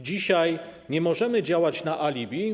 Dzisiaj nie możemy działać na alibi.